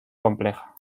compleja